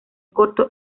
corto